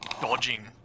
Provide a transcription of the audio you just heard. dodging